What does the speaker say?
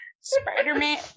Spider-man